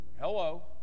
Hello